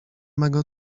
mego